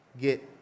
get